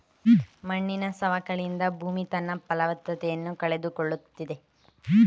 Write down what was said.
ಮಣ್ಣಿನ ಸವಕಳಿಯಿಂದ ಭೂಮಿ ತನ್ನ ಫಲವತ್ತತೆಯನ್ನು ಕಳೆದುಕೊಳ್ಳುತ್ತಿದೆ